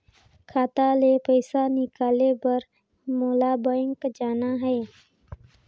खाता ले पइसा निकाले बर मोला बैंक जाना हे?